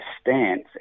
stance